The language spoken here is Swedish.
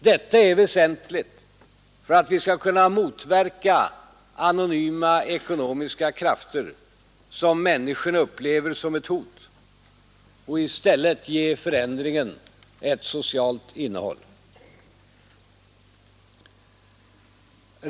Detta är väsentligt för att vi skall kunna motverka anonyma ekonomiska krafter som människorna upplever som ett hot och i stället ge förändringen ett socialt innehåll.